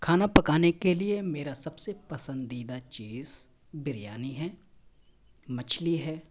کھانا پکانے کے لیے میرا سب سے پسندیدہ چیز بریانی ہے مچھلی ہے